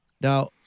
Now